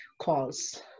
calls